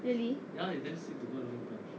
really